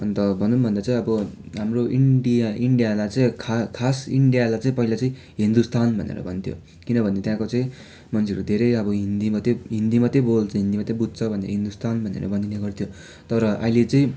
अन्त भनौँ भन्दा चाहिँ अब हाम्रो इन्डिया इन्डियालाई चाहिँ खास इन्डियालाई चाहिँ पहिला चाहि हिन्दुस्तान भनेर भन्थ्यो किनभने त्यहाँको चाहिँ मान्छेहरू धेरै अब हिन्दी मात्रै हिन्दी मात्रै बोल्छ हिन्दी मात्रै बुझ्दछ भनेर हिन्दुस्तान भनेर भनिने गर्थ्यो तर अहिले चाहिँ